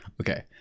Okay